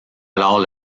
alors